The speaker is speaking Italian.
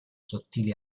sottili